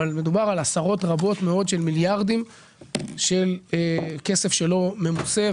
אבל מדובר בעשרות מיליארדים של כסף לא ממוסה.